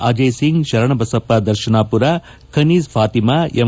Ajay Singh Sharanabasappa Darshanapur Kaneez Fatima M